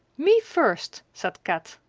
me first! said kat,